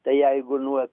tai jeigu nuo